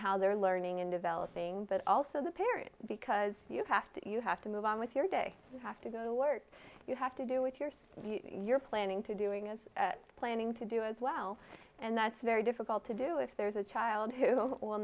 how they're learning and developing but also the parent because you have to you have to move on with your day have to go to work you have to do with your so you're planning to doing is planning to do as well and that's very difficult to do if there's a child who will